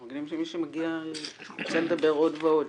אנחנו רגילים שמי שמגיע לכאן מדבר עוד ועוד.